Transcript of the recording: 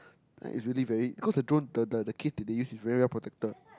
like it's really very cause the drone the the case that they use is very well protected